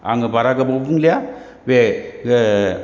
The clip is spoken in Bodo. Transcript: आङो बारा गोबाव बुंलिया बे